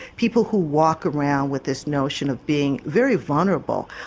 people who walk around with this notion of being very vulnerable.